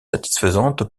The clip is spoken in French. satisfaisante